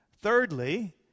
Thirdly